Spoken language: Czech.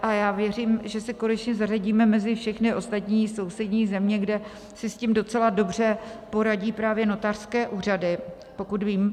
A já věřím, že se konečně zařadíme mezi všechny ostatní sousední země, kde si s tím docela dobře poradí právě notářské úřady, pokud vím.